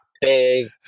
big